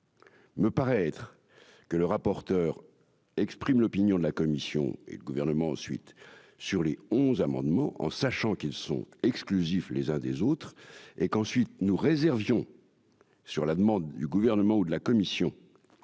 Me paraître que le rapporteur exprime l'opinion de la commission et le Gouvernement ensuite sur les 11 amendement en sachant qu'ils sont exclusifs les uns des autres et qu'ensuite nous réserve sur la demande du gouvernement ou de la commission,